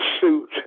suit